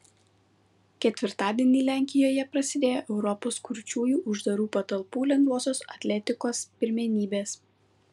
ketvirtadienį lenkijoje prasidėjo europos kurčiųjų uždarų patalpų lengvosios atletikos pirmenybės